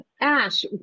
Ash